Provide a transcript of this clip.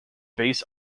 based